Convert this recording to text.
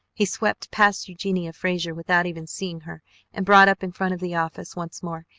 he swept past eugenia frazer without even seeing her and brought up in front of the office once more,